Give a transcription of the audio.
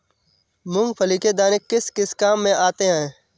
मूंगफली के दाने किस किस काम आते हैं?